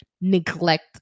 neglect